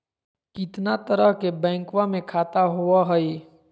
कितना तरह के बैंकवा में खाता होव हई?